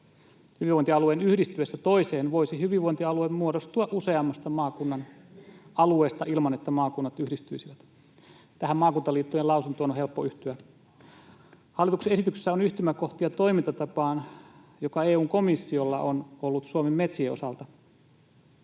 Hyvinvointialueen yhdistyessä toiseen voisi hyvinvointialue muodostua useammasta maakunnan alueesta ilman, että maakunnat yhdistyisivät.” Tähän maakuntaliittojen lausuntoon on helppo yhtyä. Hallituksen esityksessä on yhtymäkohtia toimintatapaan, joka EU:n komissiolla on ollut Suomen metsien osalta.